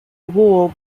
war